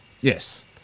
Yes